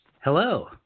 Hello